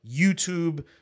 YouTube